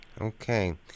Okay